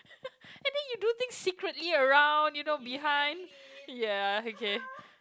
and then you do things secretly around you know behind ya okay